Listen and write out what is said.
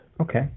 Okay